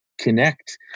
connect